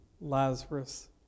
Lazarus